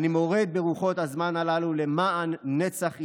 אני מורד ברוחות הזמן הללו למען נצח ישראל.